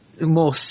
more